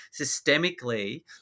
systemically